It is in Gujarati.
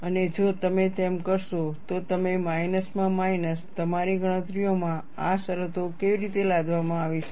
અને જો તમે તેમ કરશો તો તમે માઇનસમાં માઇનસ તમારી ગણતરીઓમાં આ શરતો કેવી રીતે લાદવામાં આવી શકે